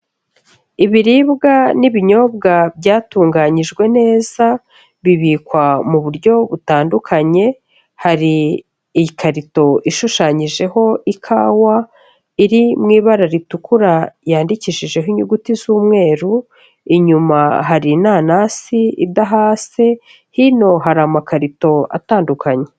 Ibiribwa n'ibinyobwa byatunganyijwe neza bibikwa mu buryo butandukanye, hari ikarito ishushanyijeho ikawa iri mui ibara ritukura yandikishijeho inyuguti z'umweru, inyuma hari inanasi idahase, hino hari amakarito atandukanye.